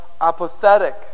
apathetic